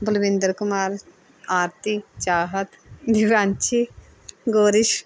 ਬਲਵਿੰਦਰ ਕੁਮਾਰ ਆਰਤੀ ਚਾਹਤ ਦੀਵਾਨਛੀ ਗੋਰੀਸ਼